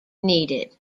needed